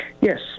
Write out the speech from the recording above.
Yes